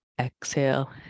Exhale